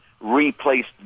replaced